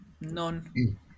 none